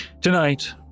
tonight